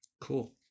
cool